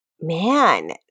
Man